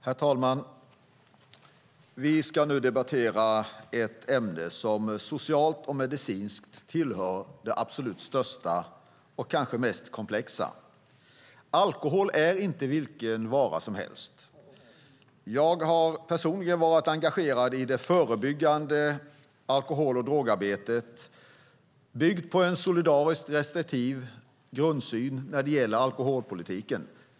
Herr talman! Vi debatterar nu ett ämne som socialt och medicinskt hör till de absolut största och kanske mest komplexa. Alkohol är inte vilken vara som helst. Jag har personligen varit engagerad i det förebyggande alkohol och drogarbetet som är byggt på en solidariskt restriktiv grundsyn i alkoholpolitiken.